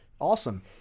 Awesome